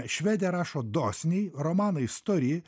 švedė rašo dosniai romanai stori